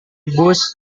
bus